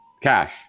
cash